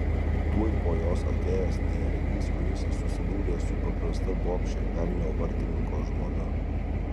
tuoj po jos atėjęs neregys kuris susidūrė su paprasta bobše velnio vartininko žmona